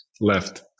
Left